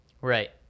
Right